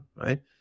right